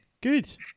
Good